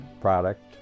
product